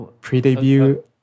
pre-debut